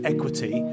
Equity